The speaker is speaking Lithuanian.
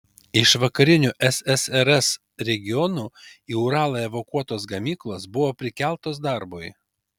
iš vakarinių ssrs regionų į uralą evakuotos gamyklos buvo prikeltos darbui